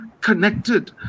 connected